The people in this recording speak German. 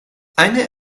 eine